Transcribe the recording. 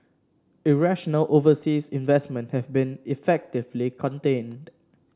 irrational overseas investment have been effectively contained